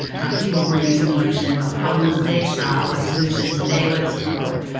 how people were using the ocean, what problems they saw, what solutions they would support,